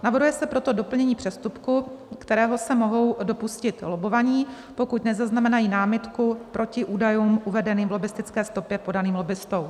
Navrhuje se proto doplnění přestupku, kterého se mohou dopustit lobbovaní, pokud nezaznamenají námitku proti údajům uvedeným v lobbistické stopě, podaným lobbistou.